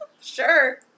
Sure